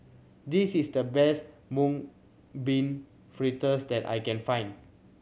this is the best Mung Bean Fritters that I can find